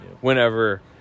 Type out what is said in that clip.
whenever